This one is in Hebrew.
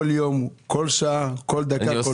כל יום, כל שעה, כל דקה.